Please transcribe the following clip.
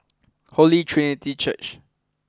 Holy Trinity Church